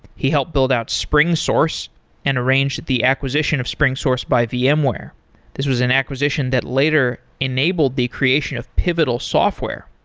he help build out springsource and arranged the acquisition of springsource by yeah vmware. this was an acquisition that later enabled the creation of pivotal software.